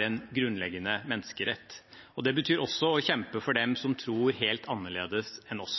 en grunnleggende menneskerett. Det betyr også å kjempe for dem som tror helt annerledes enn oss.